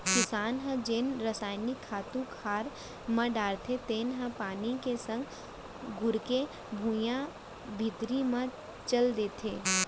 किसान ह जेन रसायनिक खातू खार म डारथे तेन ह पानी के संग घुरके भुइयां भीतरी म चल देथे